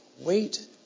Wait